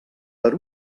per